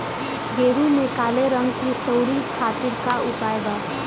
गेहूँ में काले रंग की सूड़ी खातिर का उपाय बा?